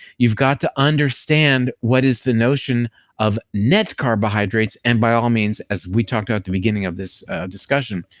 you've got to understand what is the notion of net carbohydrates, and by all means as we talked about at the beginning of this discussion,